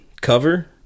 cover